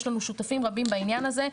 יש לנו שותפים רבים בעניין הזה.